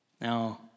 Now